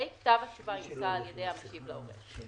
(ה)כתב תשובה יומצא על-ידי המשיב לעורר.